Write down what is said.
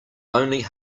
only